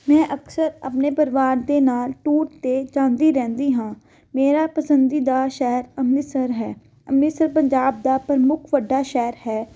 ਮੈਂ ਅਕਸਰ ਆਪਣੇ ਪਰਿਵਾਰ ਦੇ ਨਾਲ ਟੂਰ 'ਤੇ ਜਾਂਦੀ ਰਹਿੰਦੀ ਹਾਂ ਮੇਰਾ ਪਸੰਦੀਦਾ ਸ਼ਹਿਰ ਅੰਮ੍ਰਿਤਸਰ ਹੈ ਅੰਮ੍ਰਿਤਸਰ ਪੰਜਾਬ ਦਾ ਪ੍ਰਮੁੱਖ ਵੱਡਾ ਸ਼ਹਿਰ ਹੈ